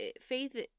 faith